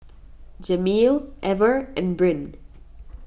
Jameel Ever and Brynn